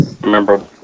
remember